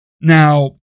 Now